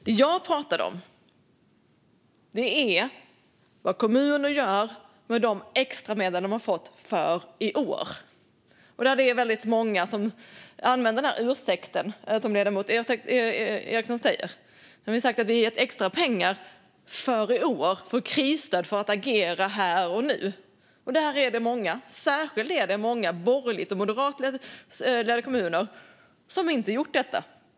Det jag talar om är vad kommuner gör med de extra medel som de har fått för i år. Det är väldigt många som använder ursäkten som ledamoten Ericson säger. Vi har sagt att vi ger extra pengar för i år för krisstöd för att agera här och nu. Där är det många kommuner, särskilt många borgerligt ledda och moderatledda kommuner, som inte har gjort detta.